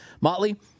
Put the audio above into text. Motley